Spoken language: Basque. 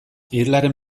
irlaren